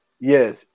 yes